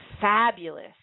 fabulous